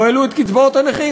לא העלו את קצבאות הנכים,